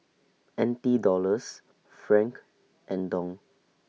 N T Dollars Franc and Dong